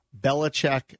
Belichick